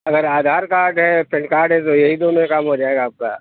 اگر آدھار کارڈ ہے PAN card ہے تو یہی دو میں کام ہو جائے گا آپ کا